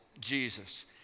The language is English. Jesus